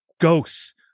ghosts